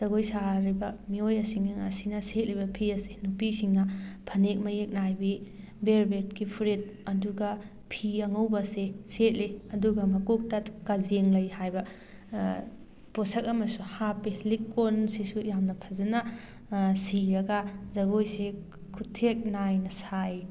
ꯖꯒꯣꯏ ꯁꯥꯔꯤꯕ ꯃꯤꯑꯣꯏꯁꯤꯡ ꯑꯁꯤꯅ ꯁꯦꯠꯂꯤꯕ ꯐꯤ ꯑꯁꯦ ꯅꯨꯄꯤꯁꯤꯡꯅ ꯐꯅꯦꯛ ꯃꯌꯦꯛ ꯅꯥꯏꯕꯤ ꯕꯤꯌꯔ ꯕꯦꯛꯀꯤ ꯐꯨꯔꯤꯠ ꯑꯗꯨꯒ ꯐꯤ ꯑꯉꯧꯕꯁꯦ ꯁꯦꯠꯂꯤ ꯑꯗꯨꯒ ꯃꯀꯣꯛꯇ ꯀꯖꯦꯡꯂꯩ ꯍꯥꯏꯕ ꯄꯣꯠꯁꯛ ꯑꯃꯁꯨ ꯍꯥꯞꯄꯤ ꯂꯤꯛ ꯀꯣꯟꯁꯤꯁꯨ ꯌꯥꯝꯅ ꯐꯖꯅ ꯁꯤꯔꯒ ꯖꯒꯣꯏꯁꯤ ꯈꯨꯊꯦꯛ ꯅꯥꯏꯅ ꯁꯥꯏ